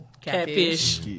catfish